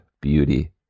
beauty